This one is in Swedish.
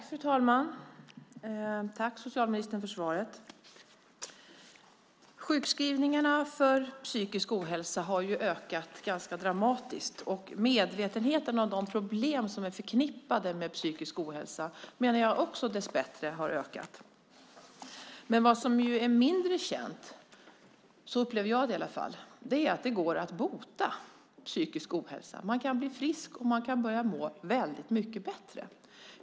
Fru talman! Tack, socialministern för svaret! Sjukskrivningarna för psykisk ohälsa har ökat ganska dramatiskt. Jag menar också att medvetenheten om de problem som är förknippade med psykisk ohälsa dessbättre har ökat. Men vad som är mindre känt - så upplever jag det i alla fall - är att det går att bota psykisk ohälsa. Man kan bli frisk, och man kan börja må väldigt mycket bättre.